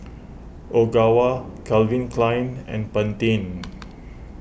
Ogawa Calvin Klein and Pantene